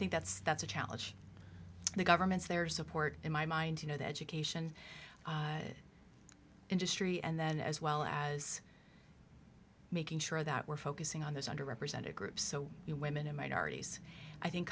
think that's that's a challenge the government's there support in my mind you know the education industry and then as well as making sure that we're focusing on those under represented groups so women and minorities i think